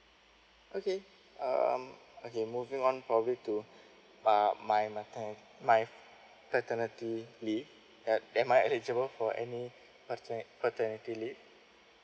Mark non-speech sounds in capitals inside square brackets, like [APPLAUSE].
okay um okay moving on probably to [BREATH] uh my materne~ my paternity leave uh am I eligible for any patern~ paternity leave